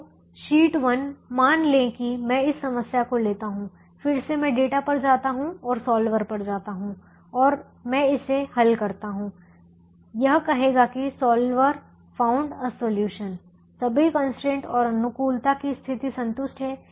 तो शीट 1 मान लें कि मैं इस समस्या को लेता हूं फिर से मैं डेटा पर जाता हूं मैं सॉल्वर पर जाता हूं और मैं इसे हल करता हूं यह कहेगा कि सॉल्वर फाउंड अ सॉल्यूशन सभी कंस्ट्रेंट और अनुकूलता की स्थिति संतुष्ट हैं